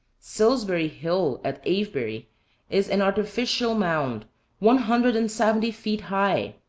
silsbury hill, at avebury, is an artificial mound one hundred and seventy feet high.